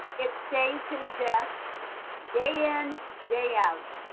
it stays his desk day in day out.